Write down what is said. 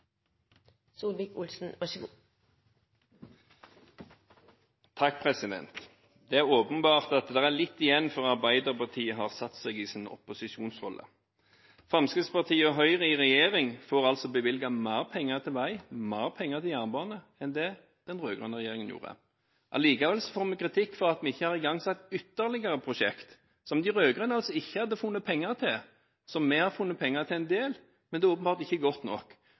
litt igjen før Arbeiderpartiet har fått satt seg i sin opposisjonsrolle. Fremskrittspartiet og Høyre i regjering får altså bevilget mer penger til vei, mer penger til jernbane, enn det den rød-grønne regjeringen gjorde. Likevel får vi kritikk for at vi ikke har igangsatt ytterligere prosjekter som de rød-grønne ikke hadde funnet penger til. Vi har funnet penger til en del, men det er åpenbart ikke godt nok.